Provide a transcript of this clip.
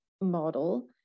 model